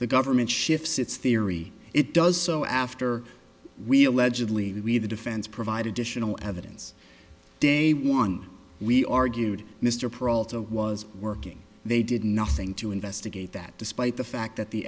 the government shifts its theory it does so after we allegedly we the defense provide additional evidence day one we argued mr perrault of was working they did nothing to investigate that despite the fact that the